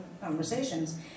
Conversations